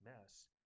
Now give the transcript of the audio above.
mess